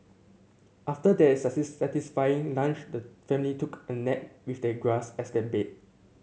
after their satisfying lunch the family took a nap with the grass as their bed